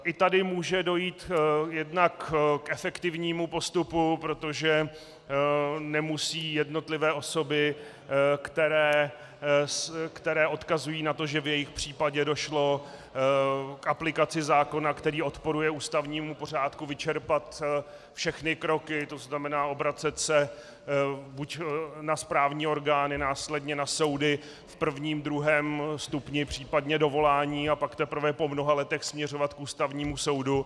I tady může dojít jednak k efektivnímu postupu, protože nemusí jednotlivé osoby, které odkazují na to, že v jejich případě došlo k aplikaci zákona, který odporuje ústavnímu pořádku, vyčerpat všechny kroky, to znamená obracet se buď na správní orgány, následně na soudy v prvním, druhém stupni, případně dovolání, a pak teprve po mnoha letech směřovat k Ústavnímu soudu.